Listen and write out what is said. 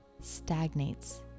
stagnates